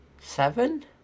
seven